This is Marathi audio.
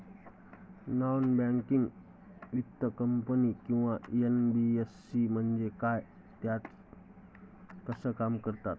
नॉन बँकिंग वित्तीय कंपनी किंवा एन.बी.एफ.सी म्हणजे काय व त्या कशा काम करतात?